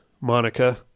Monica